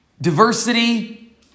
diversity